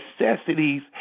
necessities